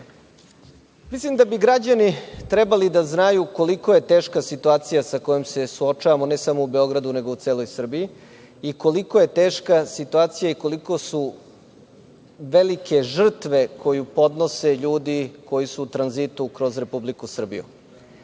da bi građani trebalo da znaju koliko je teška situacija sa kojom se suočavamo ne samo u Beogradu, nego u celoj Srbiji, i koliko je teška situacija i koliko su velike žrtve koje podnose ljudi koji su u tranzitu kroz Republiku Srbiju. Od